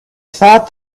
thought